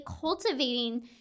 cultivating